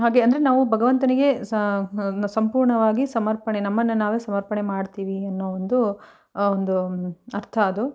ಹಾಗೆ ಅಂದರೆ ನಾವು ಭಗವಂತನಿಗೆ ಸಹ ಸಂಪೂರ್ಣವಾಗಿ ಸಮರ್ಪಣೆ ನಮ್ಮನ್ನ ನಾವೇ ಸಮರ್ಪಣೆ ಮಾಡ್ತೀವಿ ಅನ್ನೋ ಒಂದು ಆ ಒಂದು ಅರ್ಥ ಅದು